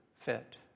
fit